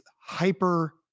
hyper